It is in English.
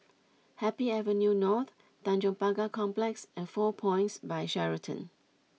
Happy Avenue North Tanjong Pagar Complex and Four Points by Sheraton